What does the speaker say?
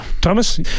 Thomas